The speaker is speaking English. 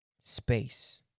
space